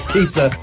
Pizza